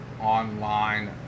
online